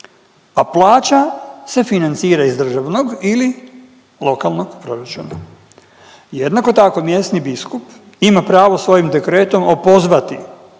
a plaća se financira iz Državnog ili lokalnog proračuna. Jednako tako mjesni biskup ima pravo svojim Dekretom opozvati